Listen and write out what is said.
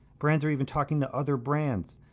brands are even talking to other brands.